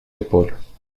épaules